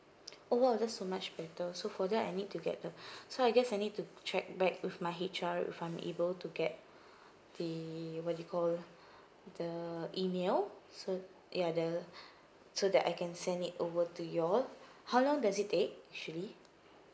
oh !wow! that's so much better so for that I need to get the so I guess I need to check back with my H_R if I'm able to get the what do you call the email so ya the so that I can send it over to you all how long does it take usually